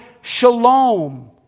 shalom